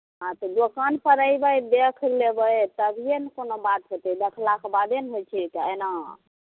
हॅं तऽ दोकान पर अयबै देख लेबै तभिये ने कोनो बात हेतै देखलाक बादे ने होइ छै कि एना